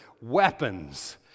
weapons